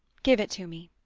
give it to me.